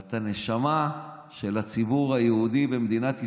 אבל את הנשמה של הציבור היהודי במדינת ישראל,